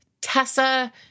Tessa-